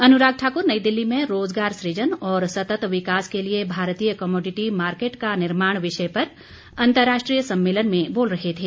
अनुराग ठाकुर नई दिल्ली में रोज़गार सुजन और सतत विकास के लिए भारतीय कमोडिटी मार्केट का निर्माण विषय पर अंतर्राष्ट्रीय सम्मेलन में बोल रहे थे